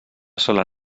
sola